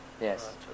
Yes